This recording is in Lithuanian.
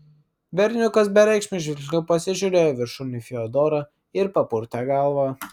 berniukas bereikšmiu žvilgsniu pasižiūrėjo viršun į fiodorą ir papurtė galvą